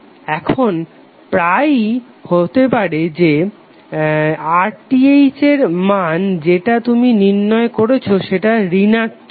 এখন প্রায়ই হতে পারে যে RTh এর মান যেটা তুমি নির্ণয় করেছো সেটা ঋণাত্মক